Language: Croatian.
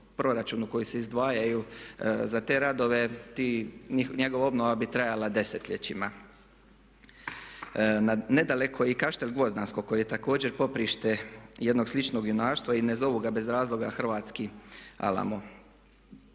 koji se izdvajaju za te radove njegova obnova bi trajala desetljećima. Nedaleko i kaštel Gvozdansko koji je također poprište jednog sličnog junaštva i ne zovu ga bez razloga hrvatski Alamo.